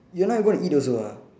you are not gonna eat also ah